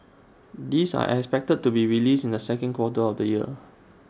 these are expected to be released in the second quarter of this year